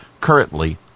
currently